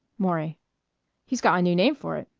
maury he's got a new name for it.